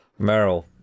Meryl